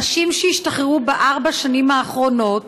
אנשים שהשתחררו בארבע השנים האחרונות,